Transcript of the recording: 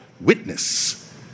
witness